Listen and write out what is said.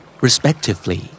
Respectively